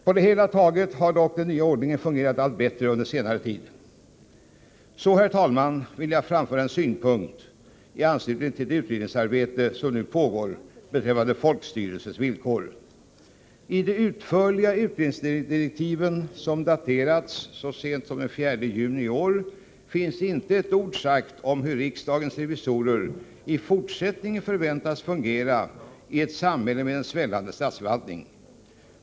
På det hela taget har dock den nya ordningen fungerat allt bättre under senare tid. Så, herr talman, vill jag framföra en synpunkt i anslutning till det utredningsarbete som nu pågår beträffande folkstyrelsens villkor. I de utförliga utredningsdirektiven, som daterats så sent som den 4 juni i år, finns inte ett ord sagt om hur riksdagens revisorer i fortsättningen för" äntas fungera i ett samhälle med en svällande statsförvaltning.